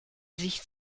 sich